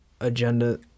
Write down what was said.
agenda